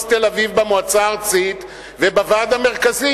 תל-אביב במועצה הארצית ובוועד המרכזי?